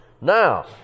Now